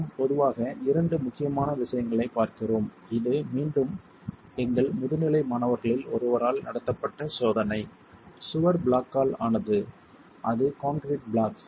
நாம் பொதுவாக இரண்டு முக்கியமான விஷயங்களைப் பார்க்கிறோம் இது மீண்டும் எங்கள் முதுநிலை மாணவர்களில் ஒருவரால் நடத்தப்பட்ட சோதனை சுவர் பிளாக் ஆல் ஆனது அது கான்கிரீட் பிளாக்ஸ்